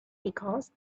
because